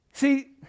See